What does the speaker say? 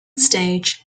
stage